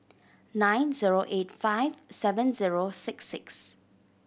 nine zero eight five seven zero six six